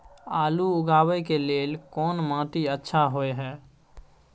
आलू उगाबै के लेल कोन माटी अच्छा होय है?